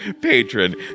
patron